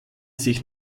sich